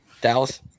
Dallas